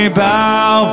bow